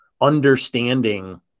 understanding